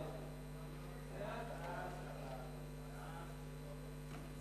(תיקון, ניידות שירותי דואר אלקטרוני),